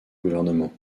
gouvernement